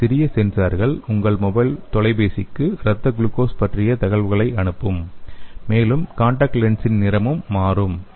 இந்த சிறிய சென்சார்கள் உங்கள் மொபைல் தொலைபேசிக்கு இரத்த குளுக்கோஸ் பற்றிய தகவல்களை அனுப்பும் மேலும் காண்டாக்ட் லென்ஸ்களின் நிறமும் மாறும்